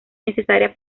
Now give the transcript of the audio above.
necesaria